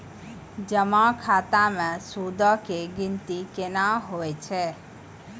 जमा खाता मे सूदो के गिनती केना होय छै?